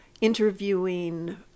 interviewing